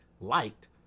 liked